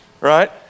right